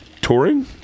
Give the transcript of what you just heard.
Touring